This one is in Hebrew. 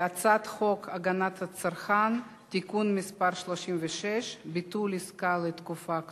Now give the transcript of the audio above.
הצעת חוק הגנת הצרכן (תיקון מס' 36) (ביטול עסקה לתקופה קצובה),